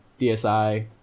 DSi